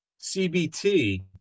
CBT